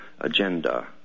agenda